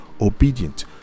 obedient